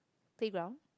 playground